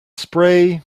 spray